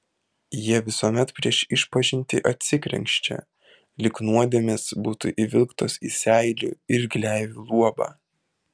jie visuomet prieš išpažintį atsikrenkščia lyg nuodėmės būtų įvilktos į seilių ir gleivių luobą